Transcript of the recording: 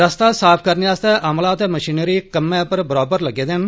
रस्ता साफ करने आस्तै अमला ते मशनरी कम्मै पर बरोबर लग्गे दे न